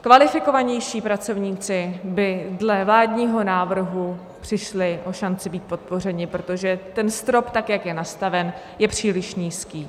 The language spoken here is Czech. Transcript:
Kvalifikovanější pracovníci by dle vládního návrhu přišli o šanci být podpořeni, protože ten strop, tak jak je nastaven, je příliš nízký.